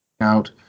out